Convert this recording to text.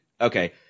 Okay